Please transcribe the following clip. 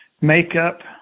makeup